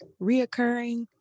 reoccurring